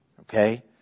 Okay